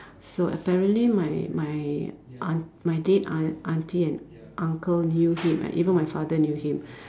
so apparently my my aunt my dad aunt auntie and uncle knew him and even my father knew him